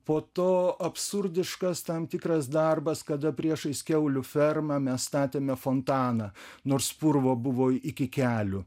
po to absurdiškas tam tikras darbas kada priešais kiaulių fermą mes statėme fontaną nors purvo buvo iki kelių